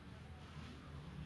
wait what primary school are you from